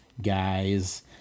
Guys